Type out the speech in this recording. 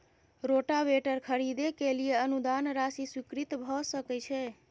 Rotavator खरीदे के लिए अनुदान राशि स्वीकृत भ सकय छैय?